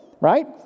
right